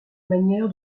manière